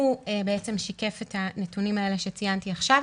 הוא שיקף את הנתונים האלה שציינתי עכשיו,